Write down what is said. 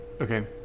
okay